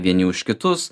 vieni už kitus